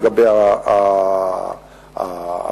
לגבי ההחלטות.